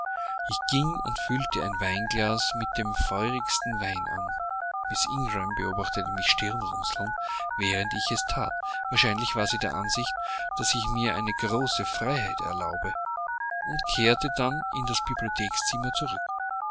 ich ging und füllte ein weinglas mit dem feurigsten wein an miß ingram beobachtete mich stirnrunzelnd während ich es that wahrscheinlich war sie der ansicht daß ich mir eine große freiheit erlaubte und kehrte dann in das bibliothekszimmer zurück